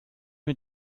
mit